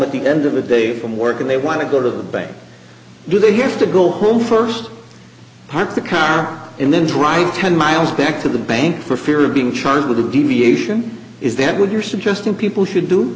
at the end of the day from work and they want to go to the bank do they have to go home first hump the car and then driving ten miles back to the bank for fear of being charged with a deviation is that what you're suggesting people should do